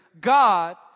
God